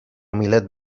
milet